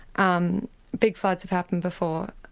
um big floods have happened before,